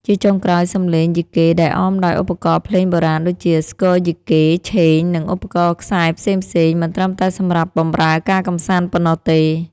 ជាចុងក្រោយ សំឡេងយីកេដែលអមដោយឧបករណ៍ភ្លេងបុរាណដូចជា ស្គរយីកេ ឆេង និងឧបករណ៍ខ្សែផ្សេងៗ មិនត្រឹមតែសម្រាប់បម្រើការកម្សាន្តប៉ុណ្ណោះទេ។